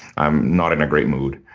i'm not in a great mood.